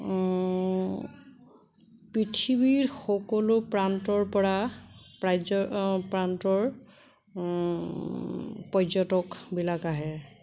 পৃথিৱীৰ সকলো প্ৰান্তৰ পৰা প্ৰান্তৰ পৰ্যটকবিলাক আহে